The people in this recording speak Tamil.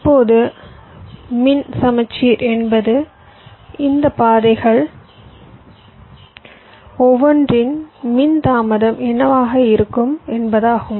இப்போது மின் சமச்சீர் என்பது இந்த பாதைகள் ஒவ்வொன்றின் மின் தாமதம் என்னவாக இருக்கும் என்பதாகும்